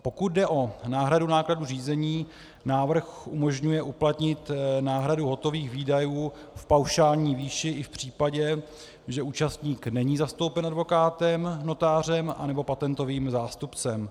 Pokud jde o náhradu nákladů řízení, návrh umožňuje uplatnit náhradu hotových výdajů v paušální výši i v případě, že účastník není zastoupen advokátem, notářem nebo patentovým zástupcem.